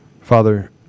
Father